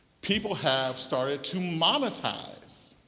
people have started to monetize